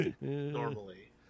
normally